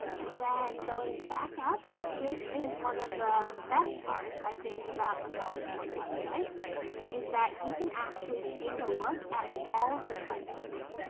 and then going back up, this is one of the best parts i think about the college board website is that you can actually take a look at all of the questions.